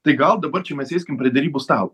tai gal dabar čia sėskim prie derybų stalo